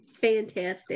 fantastic